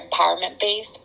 empowerment-based